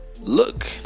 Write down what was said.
look